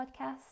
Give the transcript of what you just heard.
podcast